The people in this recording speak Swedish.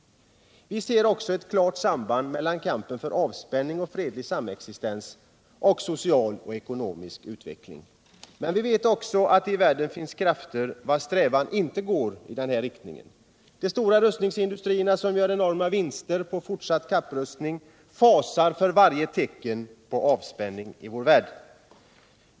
Vi ser också ett klart samband mellan kampen för avspänning och fredlig samexistens och social och ekonomisk utveckling. Men vi vet också att det i världen finns krafter vilkas strävan inte går i denna riktning. De stora rustningsindustrierna, som gör enorma vinster på fortsatt kapprustning, fasar vid varje tecken på avspänning i vår värld.